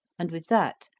and, with that,